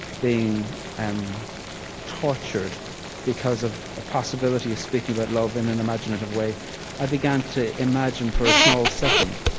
being and tortured because of a possibility of speaking about love in an imaginative way i began to imagine, for a small second,